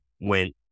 went